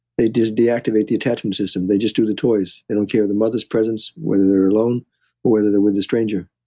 they just deactivate the attachment system. they just do the toys. they don't care if the mother's present, whether they're alone, or whether they're with a stranger.